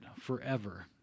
forever